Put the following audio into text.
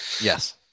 Yes